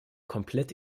komplett